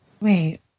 Wait